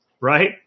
right